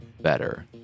better